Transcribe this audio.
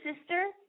sister